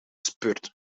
spurt